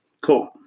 cool